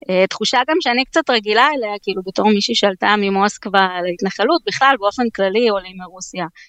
תחושה גם שאני קצת רגילה אליה, כאילו בתור מישהי שעלתה ממוסקבה להתנחלות, בכלל באופן כללי עולים מרוסיה.